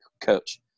coach